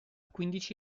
quindici